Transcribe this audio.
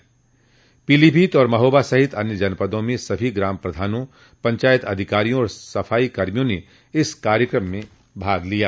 वहीं पीलीभीत और महोबा सहित अन्य जनपदों में सभी ग्राम प्रधानों पंचायत अधिकारियों और सफाई कर्मियों ने इस कार्यकम में भाग लिया